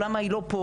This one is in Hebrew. או למה היא לא פה,